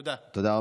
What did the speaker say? תודה.) תודה.